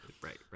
Right